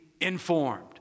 informed